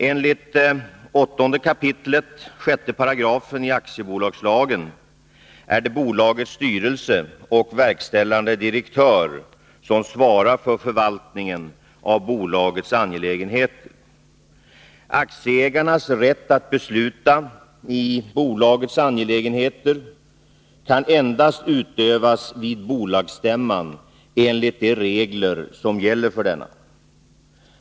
Enligt 8 kap. 6 § aktiebolagslagen är det bolagets styrelse och VD som svarar för förvaltningen av bolagets angelägenheter. Aktieägarnas rätt att besluta i bolagets angelägenheter kan endast utövas vid bolagsstämman enligt de regler som gäller för denna.